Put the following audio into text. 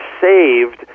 saved